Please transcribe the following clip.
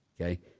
Okay